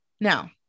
now